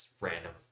random